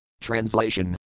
Translation